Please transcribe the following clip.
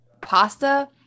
pasta